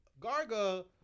Garga